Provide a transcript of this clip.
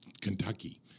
Kentucky